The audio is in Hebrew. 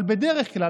אבל בדרך כלל,